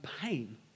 pain